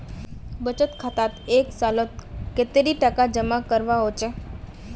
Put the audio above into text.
बचत खातात एक सालोत कतेरी टका जमा करवा होचए?